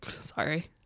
Sorry